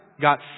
got